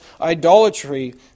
idolatry